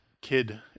Kid